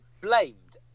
blamed